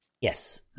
Yes